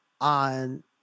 on